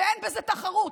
ואין בזה תחרות,